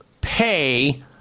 pay